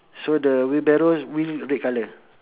so the wheelbarrow's wheel red colour